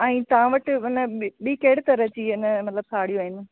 ऐं तव्हां वटि माना ॿी कहिड़े तरह जी अन मतिलबु साड़ियूं आहिनि